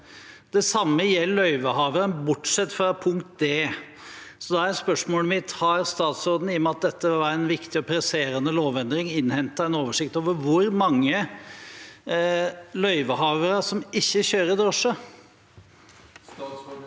Det samme gjelder løyvehaver, bortsett fra punkt d. Da er spørsmålet mitt: I og med at dette var en viktig og presserende lovendring, har statsråden innhentet en oversikt over hvor mange løyvehavere som ikke kjører drosje? Statsråd